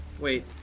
Wait